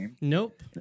Nope